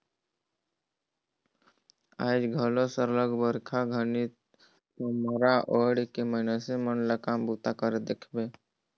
आएज घलो सरलग बरिखा घनी खोम्हरा ओएढ़ के मइनसे मन ल काम बूता करत देखबे